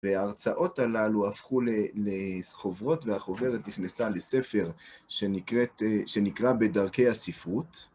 וההרצאות הללו הפכו לחוברות, והחוברת נכנסה לספר שנקרא בדרכי הספרות.